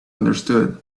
understood